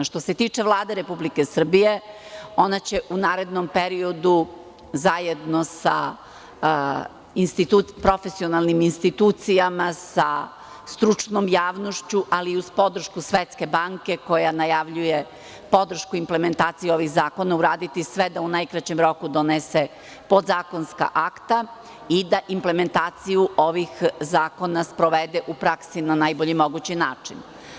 Što se tiče Vlade Republike Srbije, ona će u narednom periodu zajedno sa profesionalnim institucijama, sa stručnom javnošću, ali i uz podršku Svetske banke koja najavljuje podršku implementaciji ovih zakona, uraditi sve da u najkraćem roku donese podzakonska akta i da implementaciju ovih zakona sprovede u praksi na najbolji mogući način.